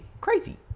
Crazy